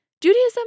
Judaism